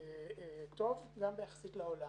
טוב גם יחסית לעולם.